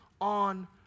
on